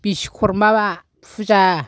बिस्वकरमा बा फुजा